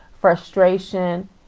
frustration